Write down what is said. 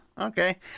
okay